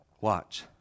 Watch